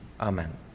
Amen